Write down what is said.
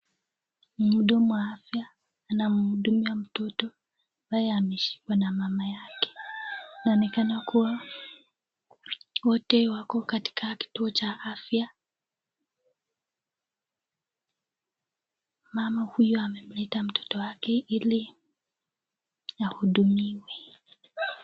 Mhudumu wa afya anamdunga mtoto , ambaye ameshikwa na mama yake. Inaonekana kuwa wote wako katika kituo cha afya. Mama huyo amemleta mtoto wake ili ahudumiwe.